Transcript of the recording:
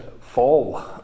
fall